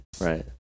Right